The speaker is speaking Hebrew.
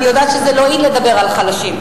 אני יודעת שזה לא in לדבר על החלשים.